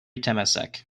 temasek